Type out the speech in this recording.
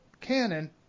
Canon